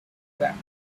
back